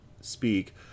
speak